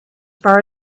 far